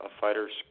fighter's